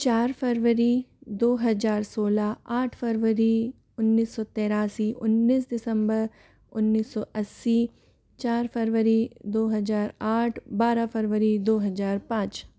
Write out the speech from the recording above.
चार फरवरी दो हज़ार सोलह आठ फरवरी उन्नीस सौ तिरासी उन्निस दिसंबर उन्नीस सौ अस्सी चार फरवरी दो हज़ार आठ बारह फरवरी दो हज़ार पाँच